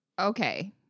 Okay